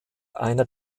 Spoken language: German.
einer